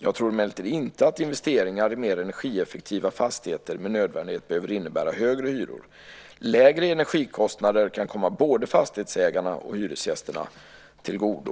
Jag tror emellertid inte att investeringar i mer energieffektiva fastigheter med nödvändighet behöver innebära högre hyror. Lägre energikostnader kan komma både fastighetsägarna och hyresgästerna till godo.